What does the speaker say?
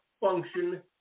function